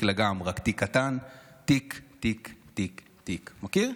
לה גם אם זה רק תיק קטן / תיק תיק תיק תיק" מכיר?